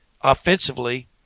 offensively